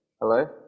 Hello